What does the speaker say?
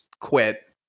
quit